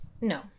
no